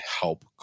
help